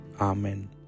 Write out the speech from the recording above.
Amen